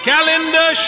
Calendar